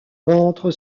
ventre